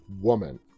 woman